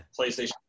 PlayStation